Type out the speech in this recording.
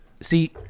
See